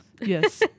Yes